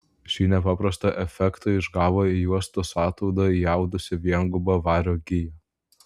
šį nepaprastą efektą išgavo į juostos ataudą įaudusi viengubą vario giją